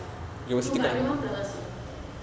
no but I don't want plaza singapura